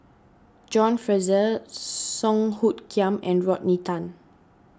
John Fraser Song Hoot Kiam and Rodney Tan